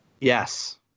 Yes